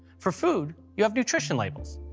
for food, you have nutrition labels.